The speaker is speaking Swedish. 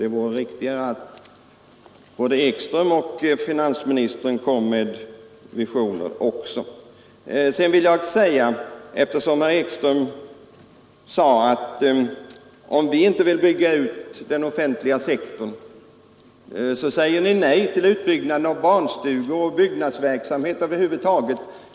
Det vore riktigare att både herr Ekström och finansministern kom med några framtidsblickar. Herr Ekström sade att om vi inte vill bygga ut den offentliga sektorn, så säger vi nej till utbyggnaden av barnstugor, sjukhus och byggnadsverksamhet över huvud taget.